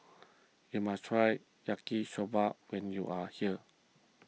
you must try Yaki Soba when you are here